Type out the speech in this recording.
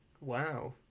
wow